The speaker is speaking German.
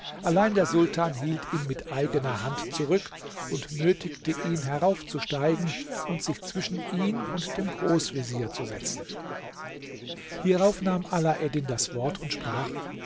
allein der sultan hielt ihn mit eigener hand zurück und nötigte ihn heraufzusteigen und sich zwischen ihn und dem großvezier zu setzen hierauf nahm alaeddin das wort und sprach